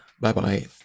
bye-bye